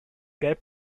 gelb